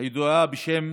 הידועה בשם